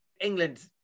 England